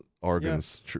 organs